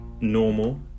normal